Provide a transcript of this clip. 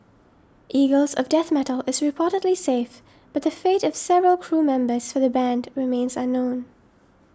eagles of Death Metal is reportedly safe but the fate of several crew members for the band remains unknown